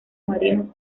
marinos